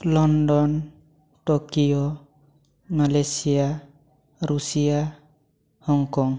London Tokyo Malaysia Russia Hong Kong